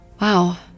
Wow